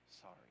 sorry